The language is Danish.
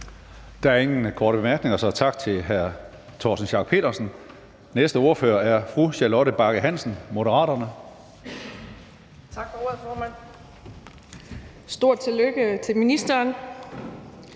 Der er ingen korte bemærkninger, så tak til hr. Torsten Schack Pedersen. Næste ordfører er fru Charlotte Bagge Hansen, Moderaterne. Kl. 13:17 (Ordfører) Charlotte Bagge Hansen